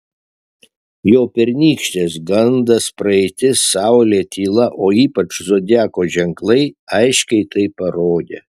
jo pernykštės gandas praeitis saulė tyla o ypač zodiako ženklai aiškiai tai parodė